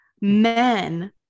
men